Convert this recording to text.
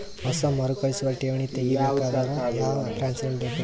ಹೊಸ ಮರುಕಳಿಸುವ ಠೇವಣಿ ತೇಗಿ ಬೇಕಾದರ ಯಾವ ಬ್ರಾಂಚ್ ನಲ್ಲಿ ಲಭ್ಯವಿದೆ?